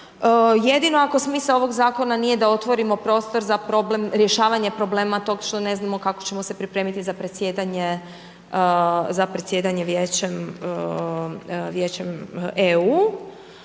jedino ako smisao ovog zakona nije da otvorimo prostor za problem rješavanje problema tog što ne znamo kako ćemo se pripremiti za predsjedanje Vijećem EU-a